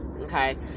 okay